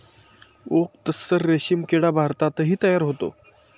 okay tasar रेशीम किडा भारतातही तयार होतो